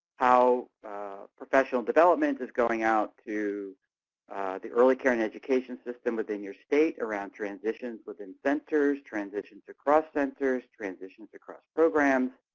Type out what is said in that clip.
how professional development is going out to the early care and education system within your state around transitions within centers, transitions across centers, transitions across programs,